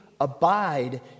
abide